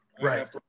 Right